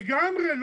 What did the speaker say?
לגמרי.